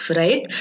right